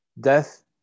death